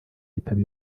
yitaba